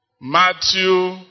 Matthew